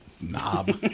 knob